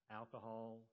alcohol